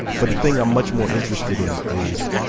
but the thing i'm much more interested in is